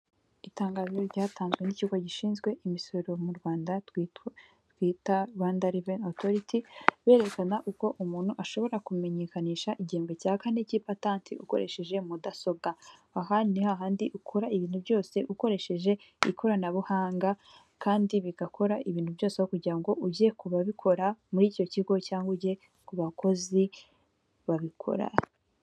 Itangazo ryatanzwe n'ikigo gishinzwe imisoro mu Rwanda twita Rwanda reveni otoriti, berekana uko umuntu ashobora kumenyekanisha igihembwe cya kane cy'ipatanti ukoresheje mudasobwa, ahandi hahandi ukora ibintu byose ukoresheje ikoranabuhanga, kandi bigakora ibintu byose, aho kugira ngo ujye ku babikora muri icyo kigo cyangwa ujye ku bakozi babikora.